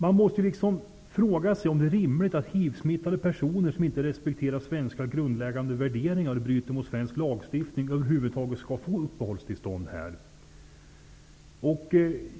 Man måste fråga sig om det är rimligt att hivsmittade personer som inte respekterar svenska grundläggande värderingar och som bryter mot svensk lagstiftning över huvud taget skall få uppehållstillstånd här.